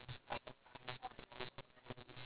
yes yes yes exactly